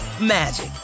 magic